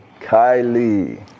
kylie